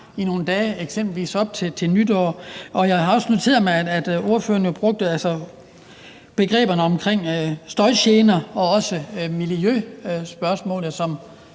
i nogle dage, eksempelvis op til nytår. Jeg har også noteret mig, at ordføreren brugte begreberne støjgener og også miljøspørgsmålet som